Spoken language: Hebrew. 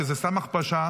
כי זו סתם הכפשה.